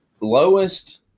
lowest